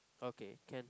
okay can